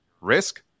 risk